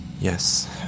Yes